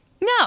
no